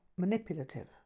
manipulative